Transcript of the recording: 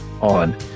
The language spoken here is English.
on